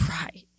Right